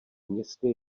městě